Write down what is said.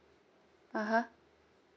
(uh huh)